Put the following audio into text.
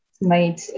made